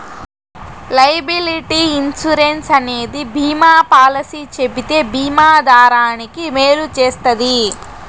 liability insurance అనేది బీమా policy చెబితే బీమా దారానికి మేలు చేస్తది